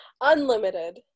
Unlimited